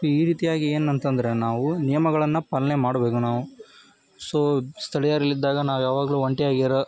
so ಈ ರೀತಿಯಾಗಿ ಏನಂತ ಅಂದ್ರೆ ನಾವು ನಿಯಮಗಳನ್ನು ಪಾಲನೆ ಮಾಡಬೇಕು ನಾವು ಸೊ ಸ್ಥಳೀಯರು ಅಲ್ಲಿದ್ದಾಗ ನಾವು ಯಾವಾಗಲೂ ಒಂಟಿಯಾಗಿರೋ